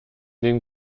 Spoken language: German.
den